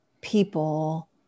people